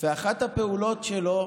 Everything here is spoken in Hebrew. ואחת הפעולות שלו